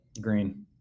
Green